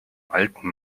alten